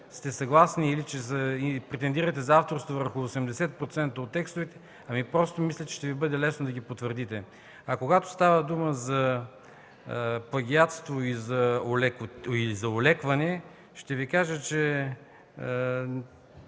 сте съгласни и претендирате за авторство върху 80% от текстовете, просто мисля, че ще Ви бъде лесно да ги потвърдите. А когато става дума за плагиатство и за олекване, няма да кажа